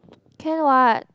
can what